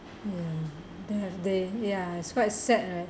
mm they have they ya it's quite sad right